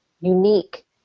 unique